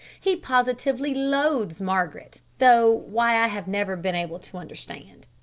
he positively loathes margaret, though why i have never been able to understand.